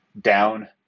down